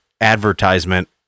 advertisement